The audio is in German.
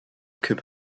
kipp